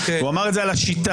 הוא אמר את זה על השיטה,